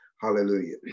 Hallelujah